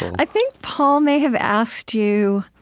i think paul may have asked you